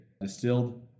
distilled